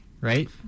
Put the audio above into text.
right